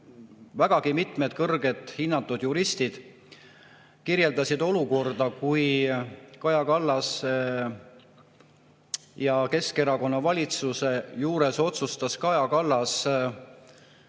vägagi mitmed kõrgelt hinnatud juristid kirjeldasid olukorda, kui Kaja Kallase ja Keskerakonna valitsuse ajal otsustas Kaja Kallas